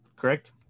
correct